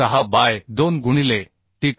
6 by 2 गुणिले t का